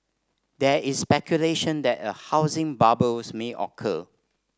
there is speculation that a housing bubbles may occur